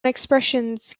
expressions